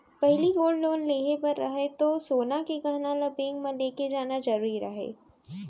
पहिली gold loan लेहे बर रहय तौ सोन के गहना ल बेंक म लेके जाना जरूरी रहय